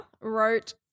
wrote